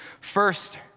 First